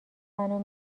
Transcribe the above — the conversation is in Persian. منو